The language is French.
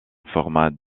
format